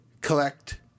collect